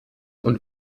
und